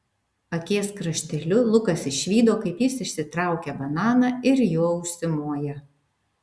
akies krašteliu lukas išvydo kaip jis išsitraukia bananą ir juo užsimoja